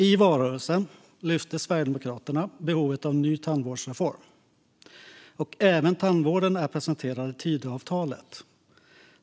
I valrörelsen lyfte Sverigedemokraterna fram behovet av en ny tandvårdsreform, och även tandvården är presenterad i Tidöavtalet.